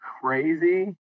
crazy